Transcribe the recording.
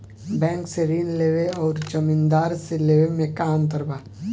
Bank से ऋण लेवे अउर जमींदार से लेवे मे का अंतर बा?